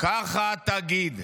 ככה תגיד.